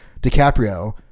DiCaprio